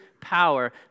power